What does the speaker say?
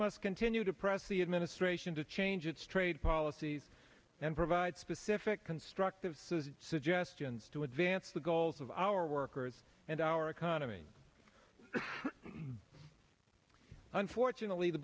must continue to press the administration to change its trade policies and provide specific constructive says suggestions to advance the goals of our workers and our economy unfortunately the